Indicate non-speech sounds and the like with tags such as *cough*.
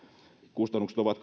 kustannukset ovat *unintelligible*